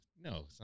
No